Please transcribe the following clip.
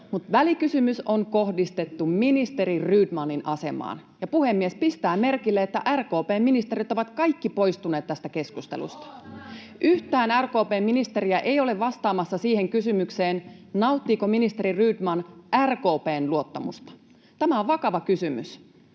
välikysymys on kohdistettu ministeri Rydmanin asemaan, ja, puhemies, pistää merkille, että RKP:n ministerit ovat kaikki poistuneet tästä keskustelusta. [Jenna Simula: Oo, salaliittoteoria!] Yhtään RKP:n ministeriä ei ole vastaamassa siihen kysymykseen, nauttiiko ministeri Rydman RKP:n luottamusta. Tämä on vakava kysymys.